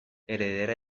heredera